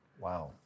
Wow